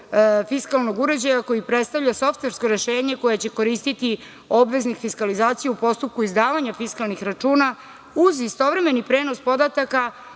fiskalnog uređaja koji predstavlja softversko rešenje koje će koristiti obveznik fiskalizacije u postupku izdavanja fiskalnih računa, uz istovremeni prenos podataka